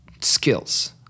skills